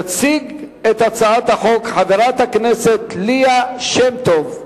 תציג את הצעת החוק חברת הכנסת ליה שמטוב.